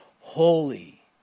holy